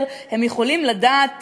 הם יכולים לדעת,